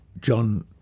John